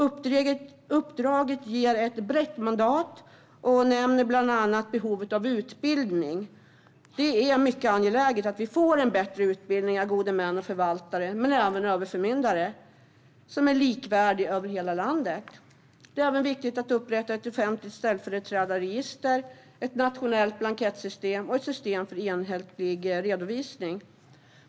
Uppdraget ger ett brett mandat och nämner bland annat behovet av utbildning. Det är mycket angeläget att vi får en bättre utbildning inte bara av gode män och förvaltare utan även av överförmyndare, och den ska vara likvärdig över hela landet. Det är även viktigt att upprätta ett offentligt ställföreträdarregister, ett nationellt blankettsystem och ett system för enhetlig redovisning.